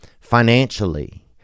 financially